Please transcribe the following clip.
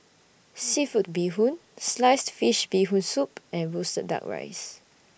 Seafood Bee Hoon Sliced Fish Bee Hoon Soup and Roasted Duck Rice